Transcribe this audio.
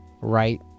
right